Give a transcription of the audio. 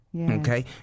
Okay